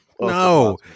No